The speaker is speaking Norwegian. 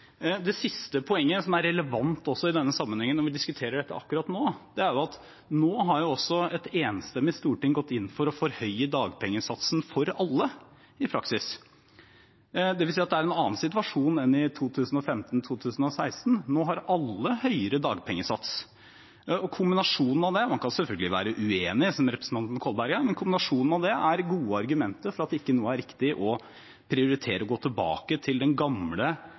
Det siste poenget, som er relevant også i denne sammenhengen, når vi diskuterer dette akkurat nå, er at nå har også et enstemmig storting gått inn for å forhøye dagpengesatsen for alle i praksis. Det vil si at det er en annen situasjon enn i 2015/2016. Nå har alle høyere dagpengesats. Man kan selvfølgelig være uenig, som representanten Kolberg er, men kombinasjonen av det er gode argumenter for at det ikke nå er riktig å prioritere å gå tilbake til den gamle